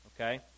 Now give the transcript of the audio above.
Okay